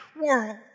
world